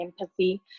empathy